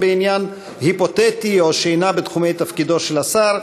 בעניין היפותטי או שאינה בתחומי תפקידו של השר,